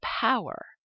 power